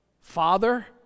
Father